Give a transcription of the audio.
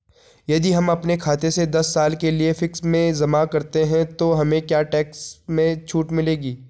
यदि हम अपने खाते से दस साल के लिए फिक्स में जमा करते हैं तो हमें क्या टैक्स में छूट मिलेगी?